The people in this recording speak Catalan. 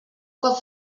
cop